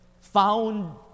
found